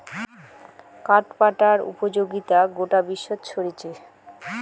কাঠ পাটার উপযোগিতা গোটা বিশ্বত ছরিচে